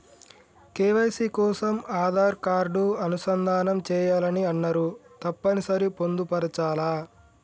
KYC కోసం Aadhaar card అనుసంధానం చేయాలని అన్నరు తప్పని సరి పొందుపరచాలా?